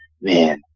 man